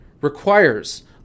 requires